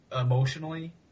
emotionally